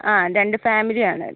ആ രണ്ട് ഫാമിലി ആണ്